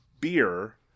beer